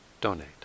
donate